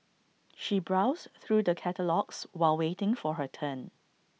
she browsed through the catalogues while waiting for her turn